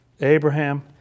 Abraham